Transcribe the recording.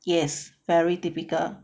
yes very typical